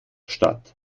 statt